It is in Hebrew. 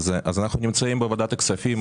אז אנחנו נמצאים בוועדת הכספים,